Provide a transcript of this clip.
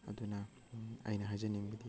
ꯑꯗꯨꯅ ꯑꯩꯅ ꯍꯥꯏꯖꯅꯤꯡꯕꯗꯤ